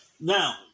Now